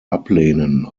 ablehnen